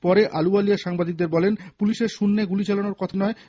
পরে আলুওয়ালিয়া সাংবাদিকদের বলেন পুলিশের শূন্যে গুলি চালনোর কথা ঠিক নয়